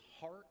heart